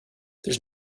there